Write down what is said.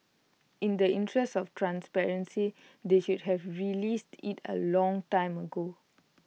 in the interest of transparency they should have released IT A long time ago